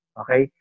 okay